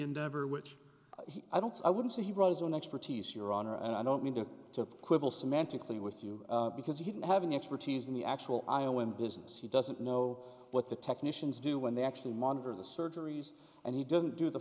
endeavor which i don't i wouldn't say he wrote his own expertise your honor and i don't mean to to quibble semantically with you because he didn't have an expertise in the actual i o and business he doesn't know what the technicians do when they actually monitor the surgeries and he didn't do the